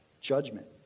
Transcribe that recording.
judgment